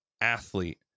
athlete